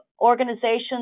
Organizations